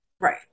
Right